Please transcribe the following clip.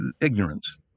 ignorance